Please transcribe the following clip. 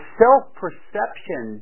self-perception